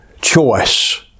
choice